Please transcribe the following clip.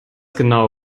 genau